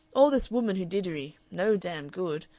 all this woman-who-diddery no damn good.